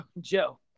Joe